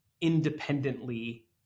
independently